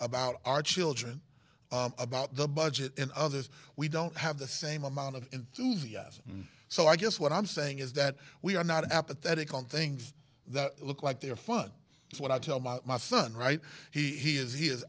about our children about the budget and others we don't have the same amount of enthusiasm so i guess what i'm saying is that we are not apathetic on things that look like they're fun is what i tell my my son right he is he is